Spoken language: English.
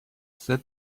said